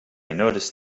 noticed